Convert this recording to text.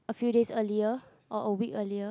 a few days early or a week early